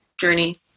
journey